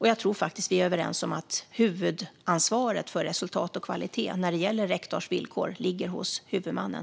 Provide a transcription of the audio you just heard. Jag tror faktiskt att vi är överens om att huvudansvaret för resultat och kvalitet när det gäller rektorns villkor ligger hos huvudmannen.